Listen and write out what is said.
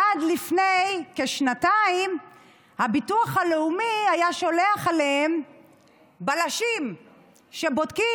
עד לפני כשנתיים הביטוח הלאומי היה שולח אליהן בלשים שבודקים.